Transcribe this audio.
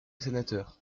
sénateur